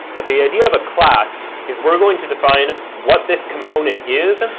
but the idea of a class is, we're going to define what this component is,